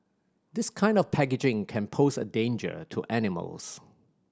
this kind of packaging can pose a danger to animals